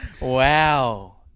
Wow